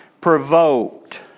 provoked